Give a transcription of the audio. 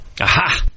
Aha